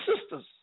sisters